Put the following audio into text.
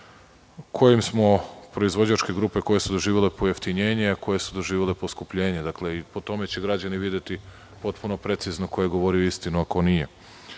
koje su proizvođačke grupe doživele pojeftinjenje, a koje su doživele poskupljenje i po tome će građani videti potpuno precizno ko je govori istinu, a ko